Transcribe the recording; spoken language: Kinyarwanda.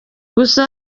gusa